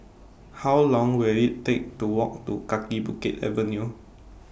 How Long Will IT Take to Walk to Kaki Bukit Avenue